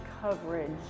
coverage